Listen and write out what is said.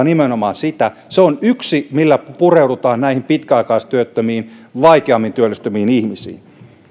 nimenomaan sitä se on yksi millä pureudutaan näihin pitkäaikaistyöttömiin vaikeammin työllistyviin ihmisiin